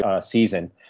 season